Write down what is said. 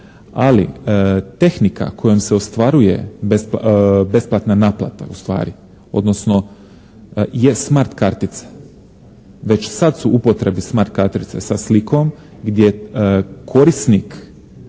ali tehnika kojom se ostvaruje besplatna naplata ustvari, odnosno je smart kartica. Već sad su u upotrebi smart kartice sa slikom gdje korisnik